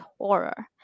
horror